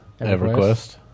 EverQuest